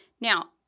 Now